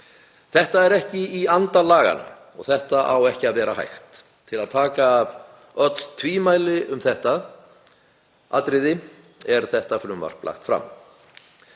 Það er ekki í anda laganna og á ekki að vera hægt. Til að taka af öll tvímæli um það atriði er þetta frumvarp lagt fram.